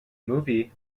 movie